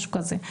משהו כזה.